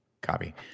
Copy